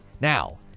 now